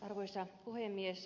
arvoisa puhemies